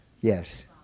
Yes